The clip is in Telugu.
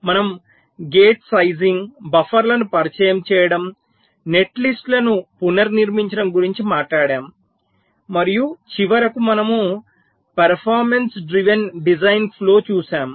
మనము గేట్ సైజింగ్ బఫర్లను పరిచయం చేయడం నెట్లిస్టులను పునర్నిర్మించడం గురించి మాట్లాడాము మరియు చివరకు మనము పెర్ఫార్మన్స్ డ్రివెన్ డిజైన్ ఫ్లో చూశాము